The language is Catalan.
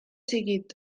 seguit